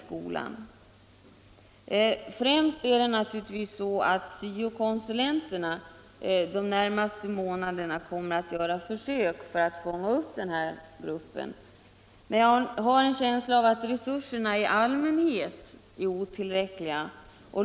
Syo-konsulenterna kommer under de närmaste månaderna att försöka fånga upp den gruppen. Jag har en känsla av att resurserna i allmänhet är otillräckliga.